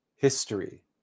history